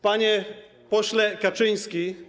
Panie Pośle Kaczyński!